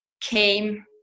came